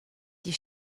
die